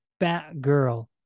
batgirl